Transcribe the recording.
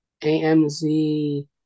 amz